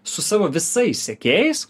su savo visais sekėjais